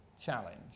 challenge